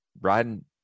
riding